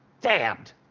Damned